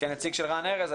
כנציג של רן ארז.